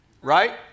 Right